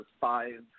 five